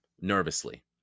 nervously